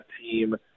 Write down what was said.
team